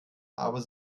aber